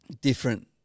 different